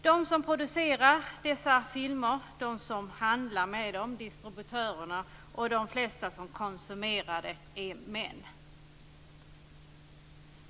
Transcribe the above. De som producerar dessa filmer, de som handlar med dem, distributörerna, och de flesta som konsumerar dem är män.